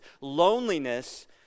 loneliness